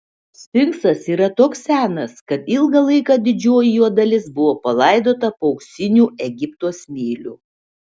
sfinksas yra toks senas kad ilgą laiką didžioji jo dalis buvo palaidota po auksiniu egipto smėliu